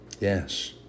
Yes